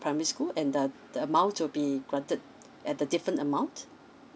primary school and the the amount will be granted at the different amount